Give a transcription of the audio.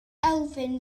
elfyn